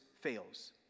fails